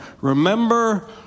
remember